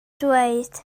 dweud